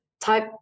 type